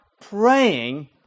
praying